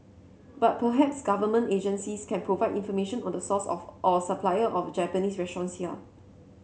but perhaps government agencies can provide information on the source of or supplier of Japanese restaurants here